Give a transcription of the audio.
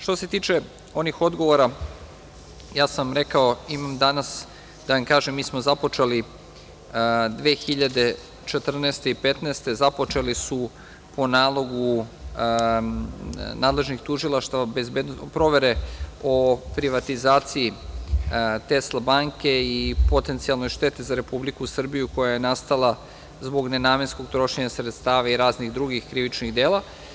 Što se tiče onih odgovora, ja sam vam rekao, mi smo započeli 2014. i 2015. godine, po nalogu nadležnih tužilaštava, provere o privatizaciji „Tesla banke“ i potencijalnoj šteti za Republiku Srbiju koja je nastala zbog nenamenskog trošenja sredstava i raznih drugih krivičnih dela.